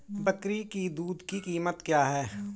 बकरी की दूध की कीमत क्या है?